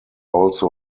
also